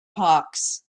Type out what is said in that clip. hawks